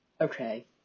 Okay